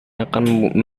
akan